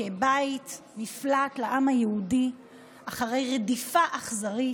כבית מפלט לעם היהודי אחרי רדיפה אכזרית,